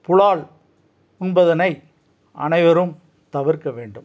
புலால் உண்பத அனைவரும் தவிர்க்கவேண்டும்